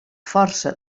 força